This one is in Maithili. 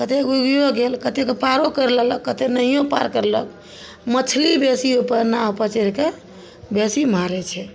कते डूबियो गेल कतेके पार करि लेलक कते नहियो पार करलक मछली बेसी ओइपर नावपर चढ़िके बेसी मारय छै